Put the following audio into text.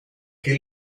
que